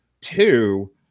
Two